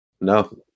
no